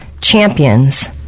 champions